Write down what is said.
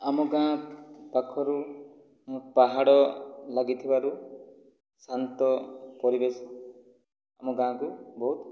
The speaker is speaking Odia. ଆମ ଗାଁ ପାଖରୁ ପାହାଡ଼ ଲାଗି ଥିବାରୁ ଶାନ୍ତ ପରିବେଶ ଆମ ଗାଁକୁ ବହୁତ